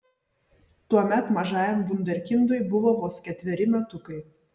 tuomet mažajam vunderkindui buvo vos ketveri metukai